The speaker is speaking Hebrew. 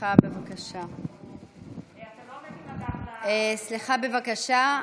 אתה לא עומד עם הגב, סליחה, בבקשה.